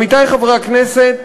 עמיתי חברי הכנסת,